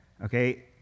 okay